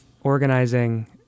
organizing